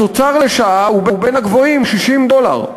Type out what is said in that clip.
התוצר לשעה הוא בין הגבוהים, 60 דולר.